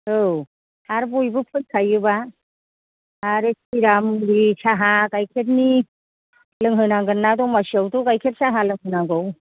औ आरो बयबो फैखायोबा आरो बे सिरा मुरि साहा गाइखेरनि लोंहोनांगोन ना दमासियावथ' गाइखेर साहा लोंहोनांगौ